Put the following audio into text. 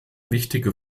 wichtige